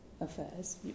affairs